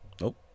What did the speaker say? Nope